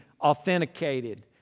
authenticated